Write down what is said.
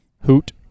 Hoot